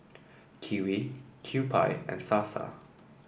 Kiwi Kewpie and Sasa